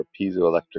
piezoelectric